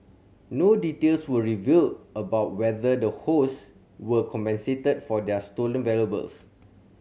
no details were revealed about whether the host were compensated for their stolen valuables